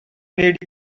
need